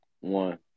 One